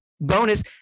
bonus